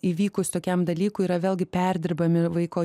įvykus tokiam dalykui yra vėlgi perdirbami vaiko